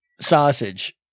sausage